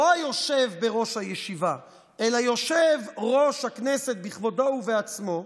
לא היושב בראש הישיבה אלא יושב-ראש הכנסת בכבודו ובעצמו,